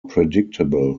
predictable